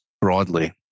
broadly